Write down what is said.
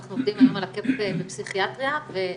אנחנו עובדים היום על הקאפ בפסיכיאטריה ועשינו